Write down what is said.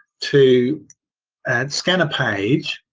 to and scan a page,